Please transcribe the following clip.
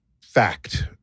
fact